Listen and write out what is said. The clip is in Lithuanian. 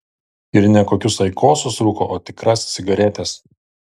ir ne kokius aikosus rūko o tikras cigaretes